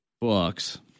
books